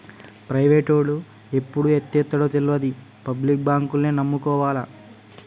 ప్రైవేటోడు ఎప్పుడు ఎత్తేత్తడో తెల్వది, పబ్లిక్ బాంకుల్నే నమ్ముకోవాల